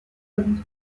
comme